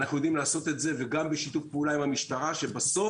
אנו יודעים לעשות את זה וגם בשיתוף פעולה עם המשטרה שבסוף